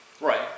Right